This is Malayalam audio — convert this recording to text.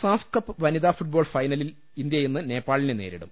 സാഫ് കപ്പ് വനിതാ ഫുട്ബോൾ ഫൈനലിൽ ഇന്ത്യ ഇന്ന് നേപ്പാളിനെ നേരിടും